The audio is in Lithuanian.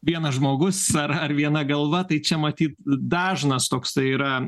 vienas žmogus ar ar viena galva tai čia matyt dažnas toksai yra